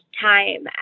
time